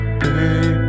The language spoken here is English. baby